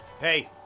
Hey